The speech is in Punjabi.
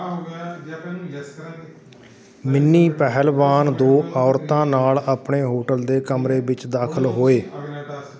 ਮਿੰਨੀ ਪਹਿਲਵਾਨ ਦੋ ਔਰਤਾਂ ਨਾਲ ਆਪਣੇ ਹੋਟਲ ਦੇ ਕਮਰੇ ਵਿੱਚ ਦਾਖਲ ਹੋਏ